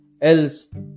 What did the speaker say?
Else